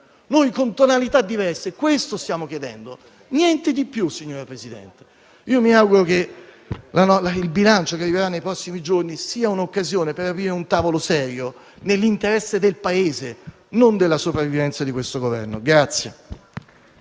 Con tonalità diverse, noi stiamo chiedendo questo, niente di più, signor Presidente. Io mi auguro che il disegno di legge di bilancio che arriverà nei prossimi giorni sia un'occasione per aprire un tavolo serio nell'interesse del Paese, non della sopravvivenza di questo Governo.